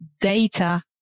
data